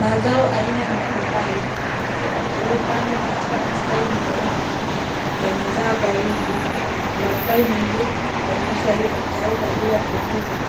Mazao aina ya mapapai yaliyopandwa katika mistari minyoofu yamezaa kwa wingi na mapapai mengine yameshaiva tayari kwa ajili ya kuvunwa